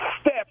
step